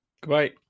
goodbye